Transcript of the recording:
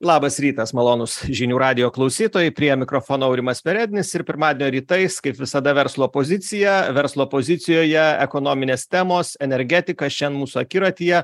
labas rytas malonūs žinių radijo klausytojai prie mikrofono aurimas perednis ir pirmadienio rytais kaip visada verslo pozicija verslo pozicijoje ekonominės temos energetika šian mūsų akiratyje